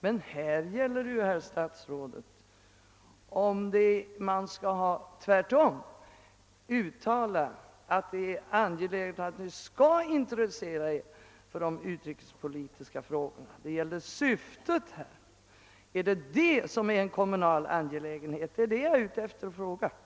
Men här gäller det ju, herr statsråd, om man tvärtom skall uttala att det är angeläget att de som deltar i vänortsutbytet skall intressera sig för utrikespolitiska frågor. Jag undrar om detta är en kommunal angelägenhet. Vad jag frågar om är alltså syftet med detta arbete.